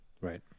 Right